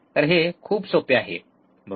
तर हे खूप सोपे आहे बरोबर